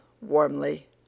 warmly